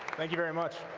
thank you very much